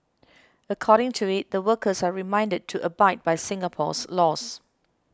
according to it the workers are reminded to abide by Singapore's laws